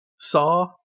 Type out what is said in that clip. saw